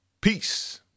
peace